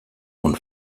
und